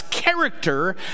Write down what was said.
Character